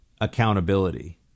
accountability